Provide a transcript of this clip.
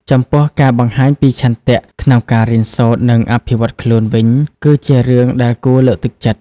ចំពោះការបង្ហាញពីឆន្ទៈក្នុងការរៀនសូត្រ និងអភិវឌ្ឍខ្លួន វិញគឺជារឿងដែលគួរលើកទឹកចិត្ត។